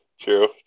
True